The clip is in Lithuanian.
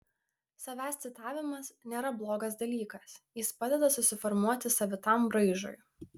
savęs citavimas nėra blogas dalykas jis padeda susiformuoti savitam braižui